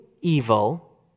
evil